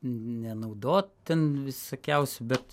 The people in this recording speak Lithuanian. nenaudot ten visokiausių bet